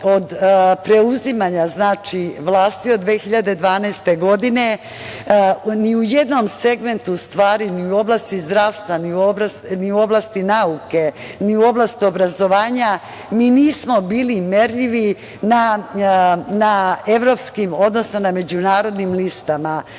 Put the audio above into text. od preuzimanja vlasti, od 2012. godine ni u jednom segmentu, u stvari, ni u oblasti zdravstva, ni u oblasti nauke, ni u oblasti obrazovanja, mi nismo bili merljivi na evropskim, odnosno na međunarodnim listama. Moram